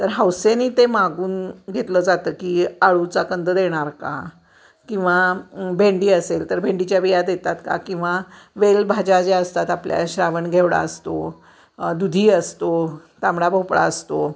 तर हौसेने ते मागून घेतलं जातं की आळूचा कंद देणार का किंवा भेंडी असेल तर भेंडीच्या बिया देतात का किंवा वेलभाज्या ज्या असतात आपल्या श्रावण घेवडा असतो दुधी असतो तांबडा भोपळा असतो